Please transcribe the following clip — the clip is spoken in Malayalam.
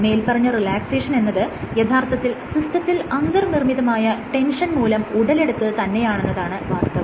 മേല്പറഞ്ഞ റിലാക്സേഷൻ എന്നത് യഥാർത്ഥത്തിൽ സിസ്റ്റത്തിൽ അന്തർനിർമ്മിതമായ ടെൻഷൻ മൂലം ഉടലെടുത്തത് തന്നെയാണെന്നതാണ് വാസ്തവം